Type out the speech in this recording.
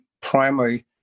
primary